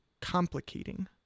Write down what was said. complicating